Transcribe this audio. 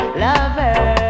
lover